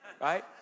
right